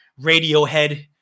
Radiohead